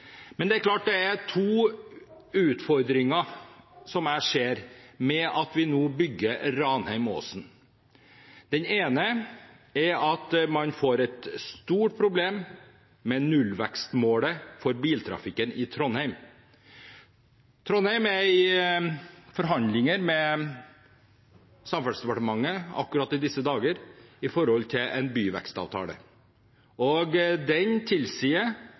Men jeg ser to utfordringer med at vi nå bygger Ranheim–Åsen. Den ene er at man får et stort problem med nullvekstmålet for biltrafikken i Trondheim. Trondheim er akkurat i disse dager i forhandlinger med Samferdselsdepartementet om en byvekstavtale. Den tilsier at vi ikke skal øke biltrafikken noe i forhold til i dag. Når man får en så god vei og